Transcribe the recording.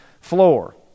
floor